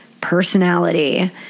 personality